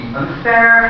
unfair